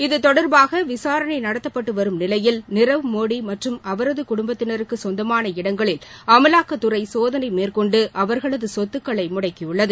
இது தொடர்பாக விசாரணை நடத்தப்பட்டுவரும் நிலையில் நீரவ் மோடி மற்றும் அவரது குடும்பத்தினருக்கு சொந்தமான இடங்களில் அமலாக்கத்துறை சோதனை மேற்கொண்டு அவர்களது சொத்துக்களை முடக்கியுள்ளது